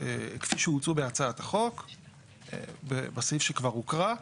כפי שהוצעו בהצעת החוק ובסעיף שכבר הוקרא,